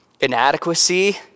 inadequacy